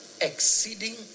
exceeding